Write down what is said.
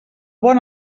bon